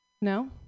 No